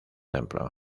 templo